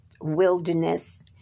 wilderness